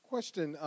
Question